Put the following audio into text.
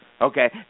Okay